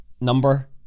number